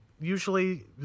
Usually